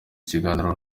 kiganiro